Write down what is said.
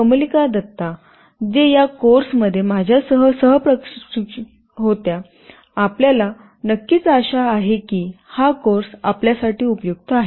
कमलिका दत्ता जो या कोर्समध्ये माझ्या सह प्रशिक्षक होत्या आपल्याला नक्कीच आशा आहे की हा कोर्स आपल्यासाठी उपयुक्त आहे